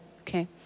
okay